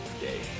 day